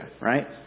right